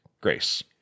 Grace